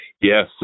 Yes